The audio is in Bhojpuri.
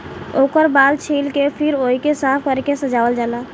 ओकर बाल छील के फिर ओइके साफ कर के सजावल जाला